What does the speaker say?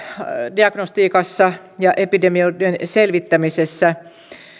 diagnostiikassa ja epidemioiden selvittämisessä